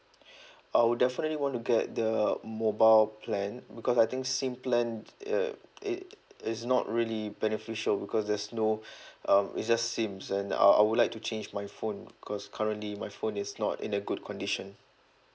I would definitely want to get the mobile plan because I think SIM plan uh it is not really beneficial because there's no um it's just SIM and uh I would like to change my phone cause currently my phone is not in a good condition